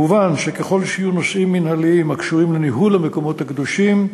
מובן שככל שיהיו נושאים מינהליים הקשורים לניהול המקומות הקדושים,